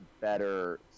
better